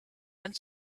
and